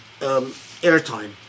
airtime